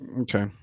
Okay